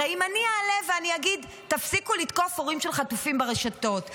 הרי אם אני אעלה ואני אגיד: תפסיקו לתקוף הורים של חטופים ברשתות,